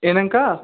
என்னங்கா